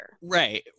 Right